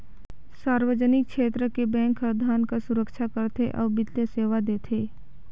सार्वजनिक छेत्र के बेंक हर धन कर सुरक्छा करथे अउ बित्तीय सेवा देथे